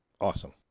Awesome